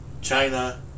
China